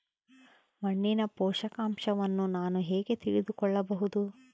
ಮಣ್ಣಿನ ಪೋಷಕಾಂಶವನ್ನು ನಾನು ಹೇಗೆ ತಿಳಿದುಕೊಳ್ಳಬಹುದು?